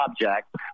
object